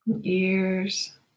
ears